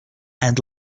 and